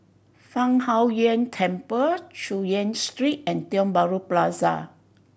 Fang Huo Yuan Temple Chu Yen Street and Tiong Bahru Plaza